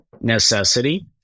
necessity